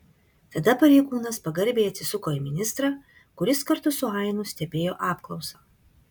tada pareigūnas pagarbiai atsisuko į ministrą kuris kartu su ainu stebėjo apklausą